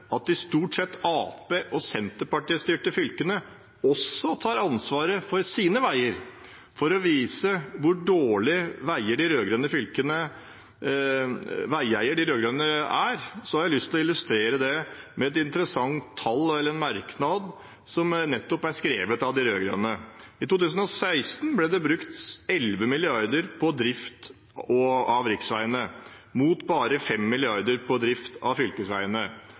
at de stort sett Arbeiderparti- og Senterparti-styrte fylkene også tar ansvar for sine veier. For å vise hvor dårlig de rød-grønne fylkene er som veieier, har jeg lyst til å illustrere det med interessante tall fra en merknad, nettopp skrevet av de rød-grønne: «I 2016 vart det nytta om lag 11 mrd. kroner til drift av